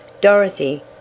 Dorothy